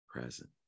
present